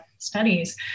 studies